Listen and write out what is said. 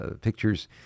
Pictures